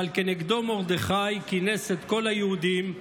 אבל כנגדו מרדכי כינס את כל היהודים,